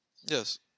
Yes